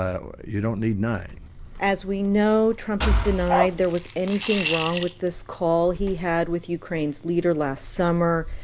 um you don't need nine as we know, trump has denied there was anything wrong with this call he had with ukraine's leader last summer.